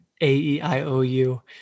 A-E-I-O-U